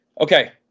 Okay